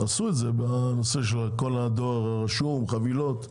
עשו את זה בנושא הדואר הרשום וחבילות.